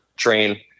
train